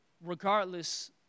regardless